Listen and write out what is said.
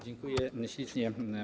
Dziękuję ślicznie.